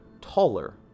taller